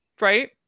right